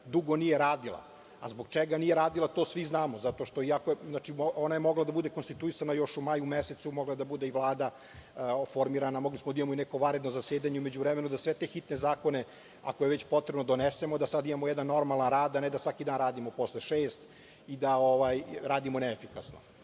dugo nije radila, a zbog čega nije radila to svi znamo. Mogla je da bude konstituisana još u maju mesecu, mogla je i Vlada da bude formirana, mogli smo da imamo i neko vanrednog zasedanje u međuvremenu za sve te hitne zakone, ako je već potrebno da ih donesemo, a da sada imamo jedan normalan rad, a ne da svaki dan radimo posle šest i da radimo neefikasnot.